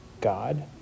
God